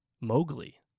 Mowgli